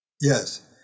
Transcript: Yes